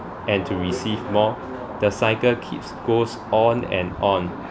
and to receive more the cycle keeps goes on and on